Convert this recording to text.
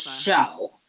show